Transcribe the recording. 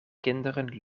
kinderen